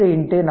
26 42